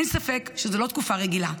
אין ספק שזו לא תקופה רגילה,